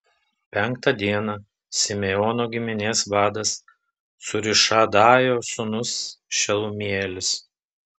penktą dieną simeono giminės vadas cūrišadajo sūnus šelumielis